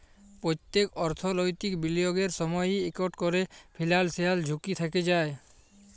প্যত্তেক অর্থলৈতিক বিলিয়গের সময়ই ইকট ক্যরে ফিলান্সিয়াল ঝুঁকি থ্যাকে যায়